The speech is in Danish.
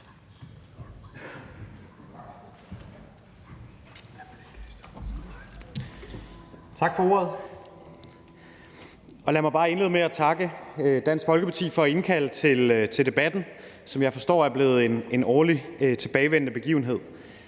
Tak for ordet. Og lad mig bare indlede med at takke Dansk Folkeparti for at indkalde til debatten, som jeg forstår er blevet en årligt tilbagevendende begivenhed.